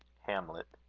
hamlet.